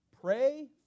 Pray